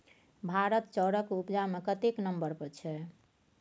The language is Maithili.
भारत चाउरक उपजा मे कतेक नंबर पर छै?